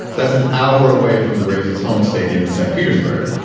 that's an hour away from the rays, his home stadium in st. petersburg.